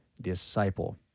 disciple